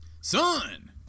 son